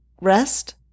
rest